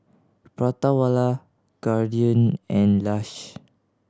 Prata Wala Guardian and Lush